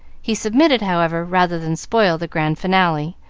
he submitted, however, rather than spoil the grand finale,